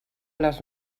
les